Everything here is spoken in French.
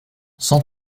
cent